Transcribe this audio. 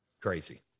crazy